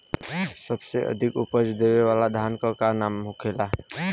सबसे अधिक उपज देवे वाला धान के का नाम होखे ला?